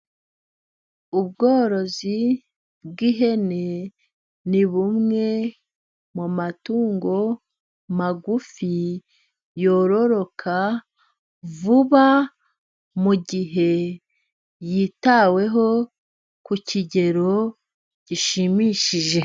Ubworozi bw'ihene ni bumwe mu matungo magufi yororoka vuba mugihe yitaweho ku kigero gishimishije.